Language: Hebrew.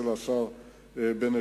של השר בן-אליעזר,